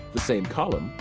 the same column,